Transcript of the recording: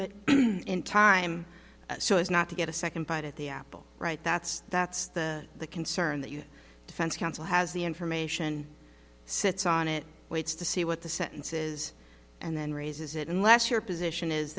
it in time so as not to get a second bite at the apple right that's that's the the concern that you defense counsel has the information sits on it waits to see what the sentences and then raises it unless your position is